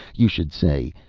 you should say,